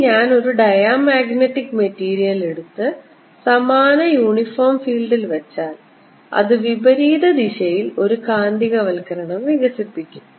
ഇനി ഞാൻ ഒരു ഡയമാഗ്നറ്റിക് മെറ്റീരിയൽ എടുത്ത് സമാന യൂണിഫോം ഫീൽഡിൽ വച്ചാൽ അത് വിപരീത ദിശയിൽ ഒരു കാന്തികവൽക്കരണം വികസിപ്പിക്കും